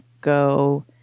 go